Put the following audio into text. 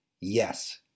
Yes